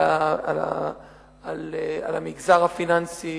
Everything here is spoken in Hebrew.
המגזר הפיננסי,